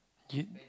do you